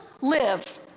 live